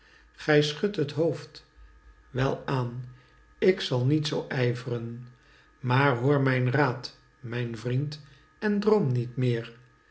gij schudt het hoofd welaan k zal niet zoo ijvren maar hoor mijn raad mijn vriend en droom niet meer